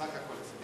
אדוני,